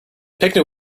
picnic